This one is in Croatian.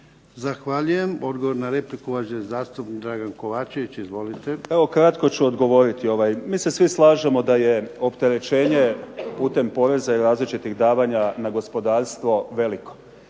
Zahvaljujem. Odgovor ne repliku, uvaženi zastupnik Dragan Kovačević. Izvolite. **Kovačević, Dragan (HDZ)** Evo kratko ću odgovoriti. Mi se svi slažemo da je opterećenje putem poreza i različitih davanja na gospodarstvo veliko,